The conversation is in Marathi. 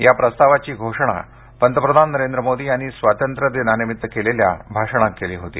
या प्रस्तावाची घोषणा पंतप्रधान नरेंद्र मोदी यांनी स्वातंत्र्यदिनानिमित्त केलेल्या भाषणांत केली होती